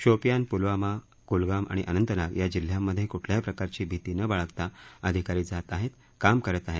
शोपियान पुलवामा कुलगाम आणि अनंतनाग या जिल्ह्यांमध्ये कुठल्याही प्रकारची भिती न बाळगता अधिकारी जात आहेत काम करत आहे